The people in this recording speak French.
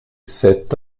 cet